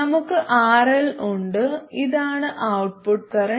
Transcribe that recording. നമുക്ക് RL ഉണ്ട് ഇതാണ് ഔട്ട്പുട്ട് കറന്റ്